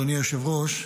אדוני היושב-ראש,